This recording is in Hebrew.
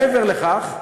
מעבר לכך,